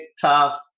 tough